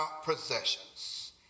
Possessions